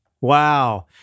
Wow